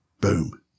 boom